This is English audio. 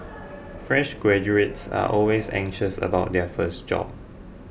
fresh graduates are always anxious about their first job